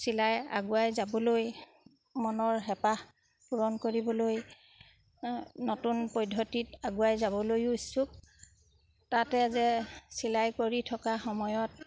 চিলাই আগুৱাই যাবলৈ মনৰ হেঁপাহ পূৰণ কৰিবলৈ নতুন পদ্ধতিত আগুৱাই যাবলৈও উচ্চুক তাতে যে চিলাই কৰি থকা সময়ত